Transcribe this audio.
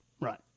Right